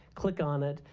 click on it.